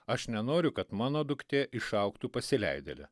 aš nenoriu kad mano duktė išaugtų pasileidėle